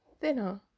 thinner